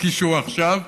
כפי שהוא עכשיו,